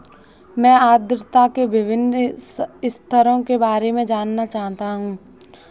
मैं आर्द्रता के विभिन्न स्तरों के बारे में जानना चाहता हूं